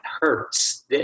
hurts